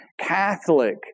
Catholic